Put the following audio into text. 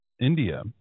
India